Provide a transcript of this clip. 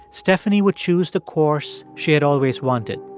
stephanie would choose the course she had always wanted.